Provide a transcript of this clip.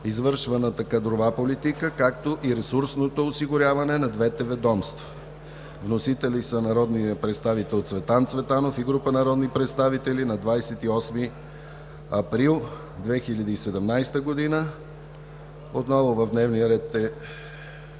извършваната кадрова политика, както и ресурсното осигуряване на двете ведомства“. Вносители са Цветан Цветанов и група народни представители на 28 април 2017 г.